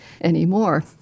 anymore